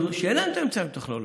שאין להן את האמצעים הטכנולוגיים,